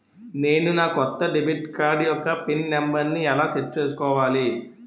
నేను నా కొత్త డెబిట్ కార్డ్ యెక్క పిన్ నెంబర్ని ఎలా సెట్ చేసుకోవాలి?